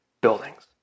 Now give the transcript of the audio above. buildings